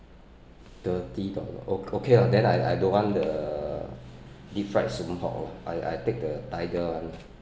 thirty dollar o~ okay lah then I don't want the deep fried soon hock lah I I take the tiger [one]